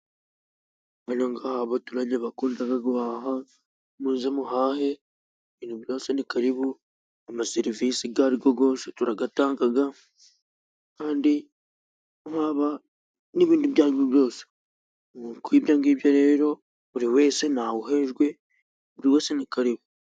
Bene nk'aha abaturanye bakunda guhaha muze muhahe ibi byose ni karibu, ama serivisi ayo ari yo yose turayatanga, kandi haba n'ibindi ibyo ari byose, ibyo ngibyo rero buri wese ntawe uhejwe; buri wese ni karibu.